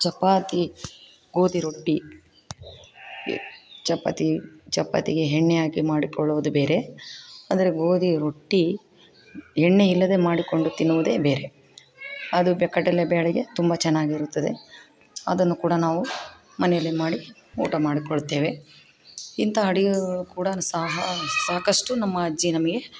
ಚಪಾತಿ ಗೋಧಿ ರೊಟ್ಟಿ ಚಪಾತಿ ಚಪಾತಿಗೆ ಎಣ್ಣೆ ಹಾಕಿ ಮಾಡಿಕೊಳ್ಳುವುದು ಬೇರೆ ಅಂದರೆ ಗೋಧಿ ರೊಟ್ಟಿ ಎಣ್ಣೆ ಇಲ್ಲದೆ ಮಾಡಿಕೊಂಡು ತಿನ್ನುವುದೇ ಬೇರೆ ಅದು ಬೆ ಕಡಲೆ ಬೇಳೆಗೆ ತುಂಬ ಚೆನ್ನಾಗಿರುತ್ತದೆ ಅದನ್ನು ಕೂಡ ನಾವು ಮನೆಯಲ್ಲಿ ಮಾಡಿ ಊಟ ಮಾಡಿಕೊಳ್ಳುತ್ತೇವೆ ಇಂಥ ಅಡಿಗೆಗಳು ಕೂಡ ಸಹ ಸಾಕಷ್ಟು ನಮ್ಮ ಅಜ್ಜಿ ನಮಗೆ